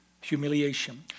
humiliation